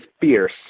fierce